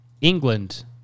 England